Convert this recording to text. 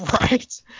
Right